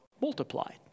multiplied